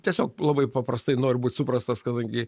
tiesiog labai paprastai noriu būt suprastas kadangi